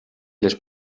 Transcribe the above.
les